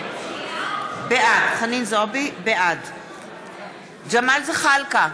בעד ג'מאל זחאלקה,